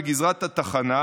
בגזרת התחנה,